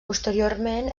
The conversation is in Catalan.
posteriorment